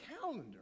calendar